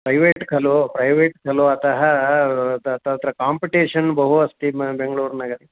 private खलु private खलु अतः तत्र काम्पिटेशन् बहु अस्ति बेङ्ग्ळूर्नगरे